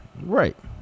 Right